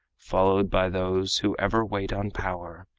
followed by those who ever wait on power,